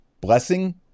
blessing